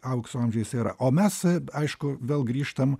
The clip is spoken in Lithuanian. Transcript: aukso amžiais yra o mes aišku vėl grįžtam